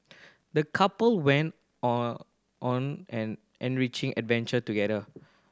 the couple went on on an enriching adventure together